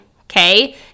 okay